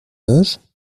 loge